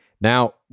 Now